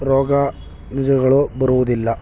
ರೋಗ ರುಜಿನಗಳು ಬರುವುದಿಲ್ಲ